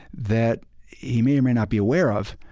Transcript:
that he may or may not be aware of,